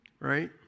right